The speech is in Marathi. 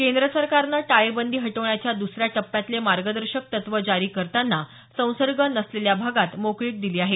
केंद्र सरकारनं टाळेबंदी हटवण्याच्या दसऱ्या टप्प्यातले मार्गदर्शक तत्त्व जारी करताना संसंर्ग नसलेल्या भागात मोकळीक दिली आहे